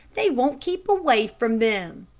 they won't keep away from them.